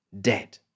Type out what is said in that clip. dead